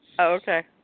Okay